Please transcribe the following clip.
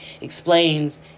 explains